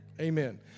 Amen